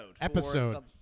Episode